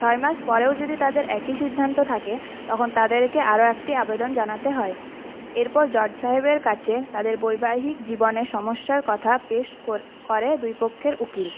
ছয় মাস পরেও যদি তাদের একই সিদ্ধান্ত থাকে তখন তাদেরকে আরও একটি আবেদন জানাতে হয় এরপর জজ সাহেবের কাছে তাদের বৈবাহিক জীবনের সমস্যার কথা পেশ কর করে দুই পক্ষের উকিল